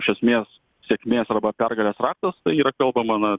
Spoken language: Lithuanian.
iš esmės sėkmės arba pergalės raktas tai yra kalba na